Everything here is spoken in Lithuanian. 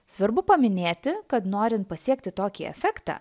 svarbu paminėti kad norint pasiekti tokį efektą